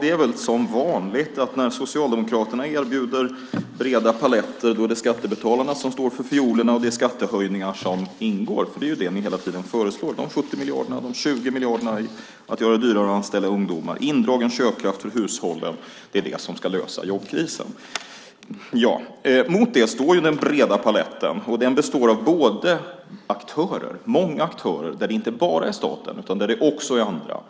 Det är som vanligt att när Socialdemokraterna erbjuder breda paletter är det skattebetalarna som står för fiolerna och det är skattehöjningar som ingår. Det är det de hela tiden föreslår - de 70 miljarderna, de 20 miljarderna för att göra det dyrare att anställa ungdomar, indragen köpkraft för hushållen. Det ska lösa jobbkrisen. Mot det står den breda paletten. Den består av många aktörer, inte bara staten utan också andra.